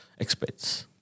expats